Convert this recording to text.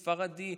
ספרדי,